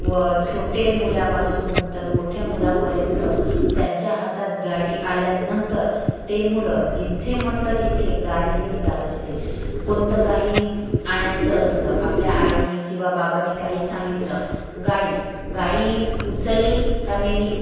व छोटे मुलांपासून तर मोठ्या मुलापर्यंत त्यांच्या हातात गाडी आल्या नंतर ते मुलं जिथे म्हटलं तिथे गाडीनीच जात असते कोणतं काही आणायचं असलं आपल्या आईनी किंवा बाबानी काही सांगितलं गाडी गाडी उचलली का नेली